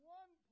one